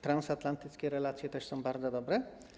Transatlantyckie relacje też są bardzo dobre.